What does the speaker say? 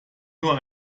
nur